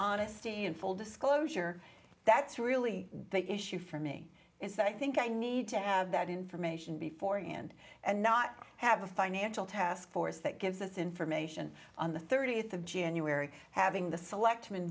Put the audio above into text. honesty and full disclosure that's really the issue for me is that i think i need to have that information before you end and not have a financial taskforce that gives this information on the thirtieth of january having the select